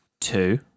Two